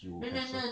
you will have [what]